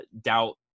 doubt